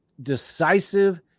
Decisive